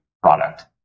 product